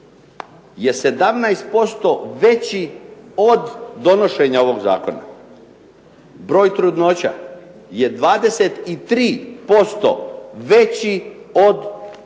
je 17% veći od donošenja ovog zakona. Broj trudnoća je 23% veći od